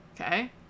Okay